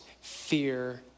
fear